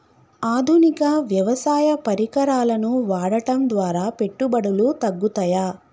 ఆధునిక వ్యవసాయ పరికరాలను వాడటం ద్వారా పెట్టుబడులు తగ్గుతయ?